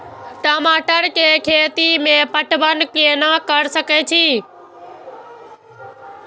टमाटर कै खैती में पटवन कैना क सके छी?